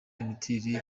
imiterere